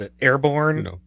airborne